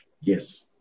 Yes